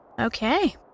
Okay